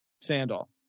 Sandal